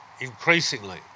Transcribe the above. increasingly